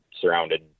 surrounded